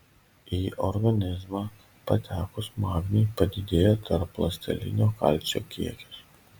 į organizmą patekus magniui padidėja tarpląstelinio kalcio kiekis